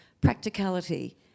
practicality